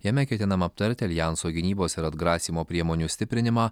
jame ketinama aptarti aljanso gynybos ir atgrasymo priemonių stiprinimą